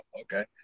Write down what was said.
Okay